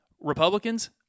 Republicans